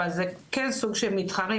אבל זה כן סוג של מתחרים,